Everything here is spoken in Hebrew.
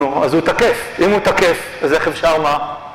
אז הוא תקף. אם הוא תקף, אז איך אפשר מה?